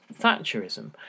Thatcherism